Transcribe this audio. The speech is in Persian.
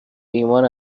ایمان